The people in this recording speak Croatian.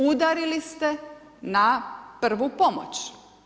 Udarili ste na prvu pomoć.